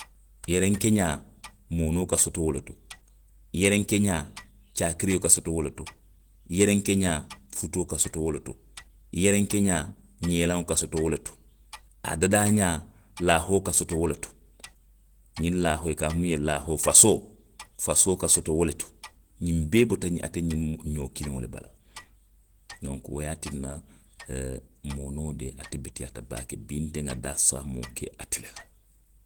I yerenke ňaa, moonoo ka soto wo le to, i yerenke ňaa, caakirio ka soto wo le to. i yerenke ňaa futoo ka soto wo le to, i yerenke ňaa ňeeleŋo ka soto wo le to. A dada ňaa, laahoo ka soto wo le to. ňiŋ laahoo, i ka a fo muŋ ye laahoo, fasoo, fasoo ka soto wo le to. ňinnu bee bota a te ňiŋ ate ňiŋ ňoo kliŋo le bala. Donku wo e a tinna, ooo; moonoo de. ate beteyaata baake, bii nte nŋa daasaamoo ke ate le la.